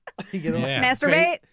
Masturbate